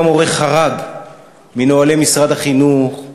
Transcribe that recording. אם המורה חרג מנוהלי משרד החינוך,